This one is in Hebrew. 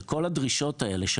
שכל הדרישות האלה,